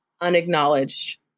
unacknowledged